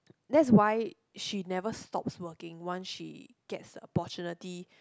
that's why she never stops working once she gets the opportunity